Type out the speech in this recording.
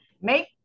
make